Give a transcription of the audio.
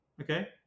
Okay